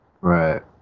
Right